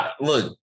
Look